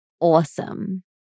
awesome